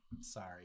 Sorry